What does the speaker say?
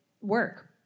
work